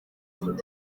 dore